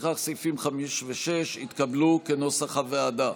לפיכך סעיפים 5 ו-6 נתקבלו כנוסח הוועדה.